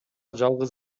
жалгыз